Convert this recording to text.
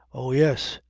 oh yes!